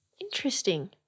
Interesting